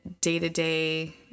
day-to-day